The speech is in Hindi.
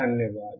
धन्यवाद